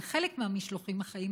לחלק מהמשלוחים החיים,